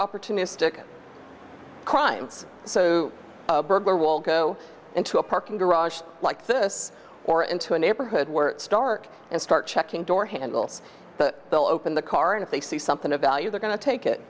opportunistic crimes so burglar will go into a parking garage like this or into a neighborhood where stark and start checking door handles but they'll open the car and if they see something of value they're going to take it